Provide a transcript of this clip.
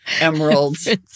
emeralds